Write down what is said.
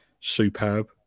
superb